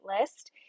list